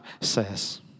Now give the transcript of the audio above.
says